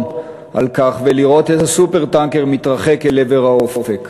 על כך ולראות את ה"סופר-טנקר" מתרחק אל עבר האופק.